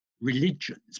religions